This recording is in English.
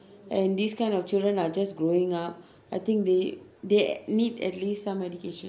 and this kind of children are just growing up I think they they need at least some education